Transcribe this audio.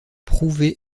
prouvé